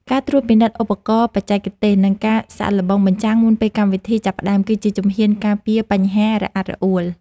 ការត្រួតពិនិត្យឧបករណ៍បច្ចេកទេស និងការសាកល្បងបញ្ចាំងមុនពេលកម្មវិធីចាប់ផ្ដើម គឺជាជំហានការពារបញ្ហារអាក់រអួល។